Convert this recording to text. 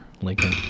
Lincoln